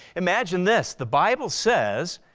imagine this, the bible says